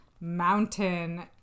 mountain